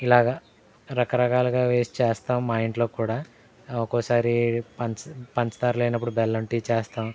ఇలాగ రకరకాలుగా వేసి చేస్తాం మా ఇంట్లో కూడా ఒక్కోసారి పంచదా పంచదార లేనప్పుడు బెల్లం టీ చేస్తాం